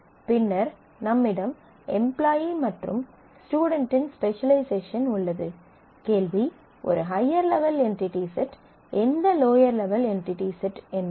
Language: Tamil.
பின்னர் நம்மிடம் எம்ப்லாயீ மற்றும் ஸ்டுடென்ட்டின் ஸ்பெசலைசேஷன் உள்ளது கேள்வி ஒரு ஹய்யர் லெவல் என்டிடி செட் எந்த லோயர் லெவல் என்டிடி செட் என்பதே